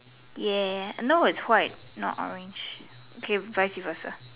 ya no it's white not orange okay vice versa